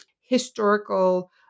historical